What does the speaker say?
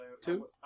Two